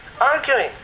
arguing